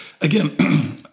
again